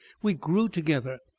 we grew together.